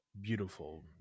Beautiful